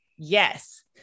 Yes